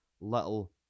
little